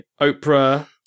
Oprah